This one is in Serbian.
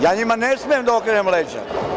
Ja njima ne smem da okrenem leđa.